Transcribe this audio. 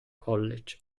college